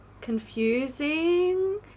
confusing